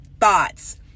thoughts